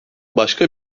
başka